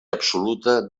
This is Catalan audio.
absoluta